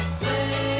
play